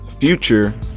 Future